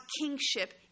kingship